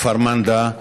כפר מנדא,